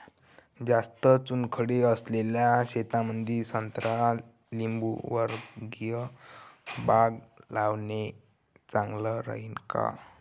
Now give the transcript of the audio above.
जास्त चुनखडी असलेल्या शेतामंदी संत्रा लिंबूवर्गीय बाग लावणे चांगलं राहिन का?